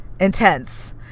intense